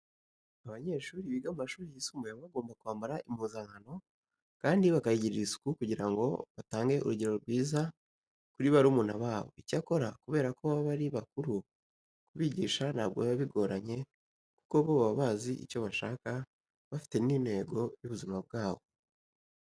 Abanyeshuri biga mu mashuri yisumbuye baba bagomba kwambara impuzankano kandi bakayigirira isuku kugira ngo batange urugero rwiza kuri barumuna babo. Icyakora, kubera ko baba ari bakuru kubigisha ntabwo biba bigoranye kuko bo baba bazi icyo bashaka, bafite n'intego y'ubuzima bwabo.